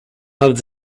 have